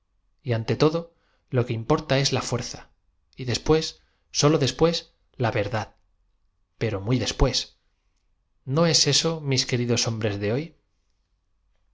rapidez y ante todo lo que im porta ee ia fuerza y después sólo después la verdad pero muy después no es eso mis queridos hombres de hoy